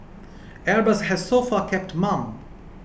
Airbus has so far kept mum